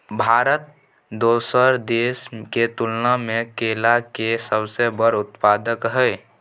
भारत दोसर देश के तुलना में केला के सबसे बड़ उत्पादक हय